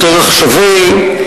יותר עכשווי.